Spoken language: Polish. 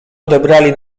odebrali